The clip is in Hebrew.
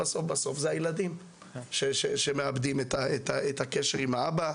הילדים שמאבדים את הקשר עם האב,